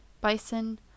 bison